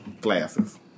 Glasses